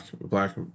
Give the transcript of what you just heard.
black